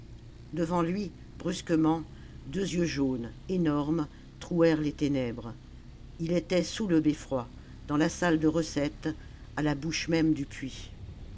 devant lui brusquement deux yeux jaunes énormes trouèrent les ténèbres il était sous le beffroi dans la salle de recette à la bouche même du puits